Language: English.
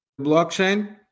blockchain